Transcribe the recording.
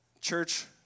Church